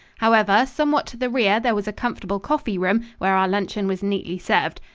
however, somewhat to the rear there was a comfortable coffee room, where our luncheon was neatly served.